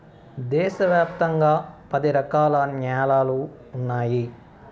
దేశ వ్యాప్తంగా పది రకాల న్యాలలు ఉన్నాయి